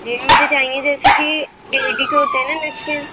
یہ مجھے چاہئے جیسے کہ ایل ای ٹی کے ہوتے نہیں